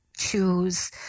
choose